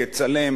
יצלם,